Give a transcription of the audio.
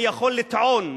אני יכול לטעון,